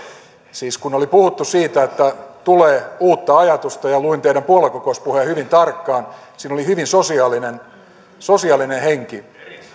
siis oli puhuttu siitä että tulee uutta ajatusta ja kun luin teidän puoluekokouspuheenne hyvin tarkkaan siinä oli hyvin sosiaalinen sosiaalinen henki